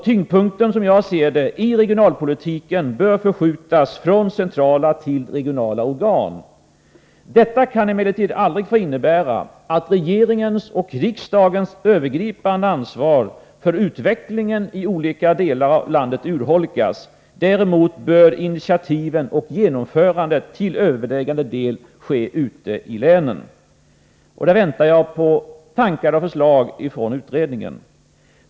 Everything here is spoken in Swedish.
Tyngdpunkten, som jag ser det, i regionalpolitiken bör förskjutas från centrala till regionala organ. Detta kan emellertid aldrig få innebära att regeringens och riksdagens övergripande ansvar för utvecklingen i olika delar av landet urholkas. Däremot bör initiativen och genomförandet till övervägande del ske ute i länen. Där väntar jag på förslag och tankar från utredningen.